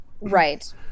Right